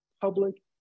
public